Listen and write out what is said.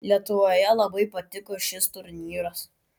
lietuvoje labai patiko šis turnyras